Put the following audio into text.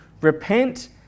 Repent